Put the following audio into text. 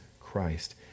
Christ